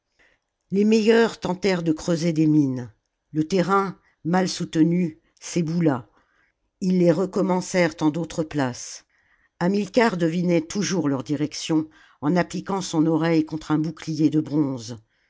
les meilleurs tentèrent de creuser des mines le terrain mal soutenu s'éboula ils les recommencèrent en d'autres places hamilcar devinait toujours leur direction en appliquant son oreille contre un bouclier de bronze